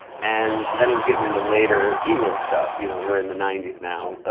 and then it was getting into later eagles stuff you know, we're in the ninety s now.